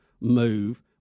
move